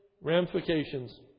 ramifications